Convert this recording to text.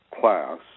class